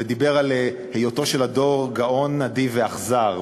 ודיבר על היותו של הדור "גאון ונדיב ואכזר",